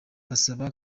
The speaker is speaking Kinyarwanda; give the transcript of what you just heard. bazaba